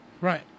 Right